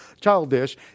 childish